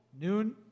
noon